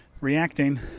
reacting